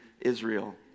Israel